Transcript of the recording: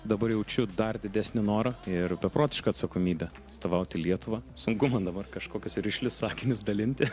dabar jaučiu dar didesnį norą ir beprotišką atsakomybę atstovauti lietuvą sunku man dabar kažkokius rišlius sakinius dalinti